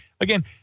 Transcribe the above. again